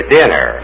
Dinner